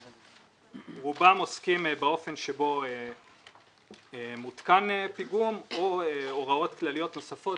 רובם עוסקים באופן שבו מותקן פיגום או הוראות כלליות נוספות,